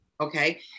Okay